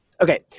Okay